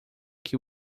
que